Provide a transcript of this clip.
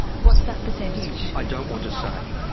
what's that percentage? i don't want to say.